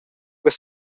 quei